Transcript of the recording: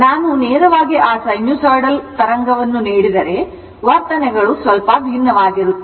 ನಾನು ನೇರವಾಗಿ ಆ ಸೈನುಸೈಡಲ್ ಪ್ರಸ್ತುತ ತರಂಗವನ್ನು ನೀಡಿದರೆ ವರ್ತನೆಗಳು ಸ್ವಲ್ಪ ಭಿನ್ನವಾಗಿರುತ್ತದೆ